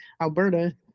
Alberta